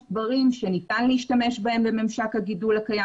יש דברים שניתן להשתמש בהם בממשק הגידול הקיים,